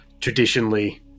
traditionally